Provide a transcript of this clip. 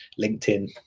LinkedIn